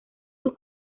sus